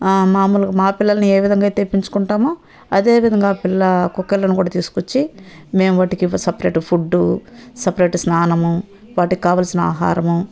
మాములుగా మా పిల్లల్ని ఏ విధంగా అయితే పెంచుకుంటామో అదే విధంగా పిల్లా కుక్కలను కూడా తీసుకు వచ్చి మేము వాటికి సపరేట్ ఫుడ్డు సపరేట్ స్నానము వాటికి కావాల్సిన ఆహారము